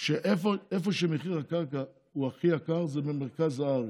איפה שמחיר הקרקע הוא הכי גבוה זה במרכז הארץ,